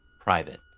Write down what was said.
private